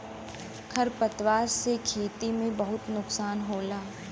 खर पतवार से खेती में बहुत नुकसान होला